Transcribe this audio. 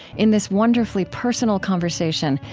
in this wonderfully personal conversation,